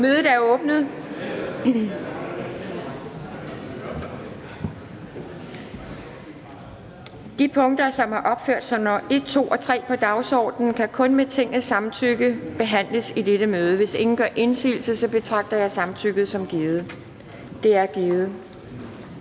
Kjærsgaard): De punkter, som er opført som nr. 1, 2 og 3 på dagsordenen, kan kun med Tingets samtykke behandles i dette møde. Hvis ingen gør indsigelse, betragter jeg samtykket som givet. Det er givet.